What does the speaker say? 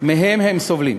שמהם הם סובלים.